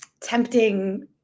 tempting